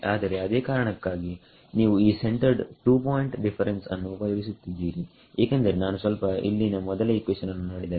ಸೋಅದೇ ಕಾರಣಕ್ಕಾಗಿ ನೀವು ಈ ಸೆಂಟರ್ಡ್ ಟೂ ಪಾಯಿಂಟ್ ಡಿಫರೆನ್ಸ್ ಅನ್ನು ಉಪಯೋಗಿಸುತ್ತಿದ್ದೀರಿ ಏಕೆಂದರೆ ನಾನು ಸ್ವಲ್ಪ ಇಲ್ಲಿನ ಮೊದಲ ಇಕ್ವೇಷನ್ ಅನ್ನು ನೋಡಿದರೆ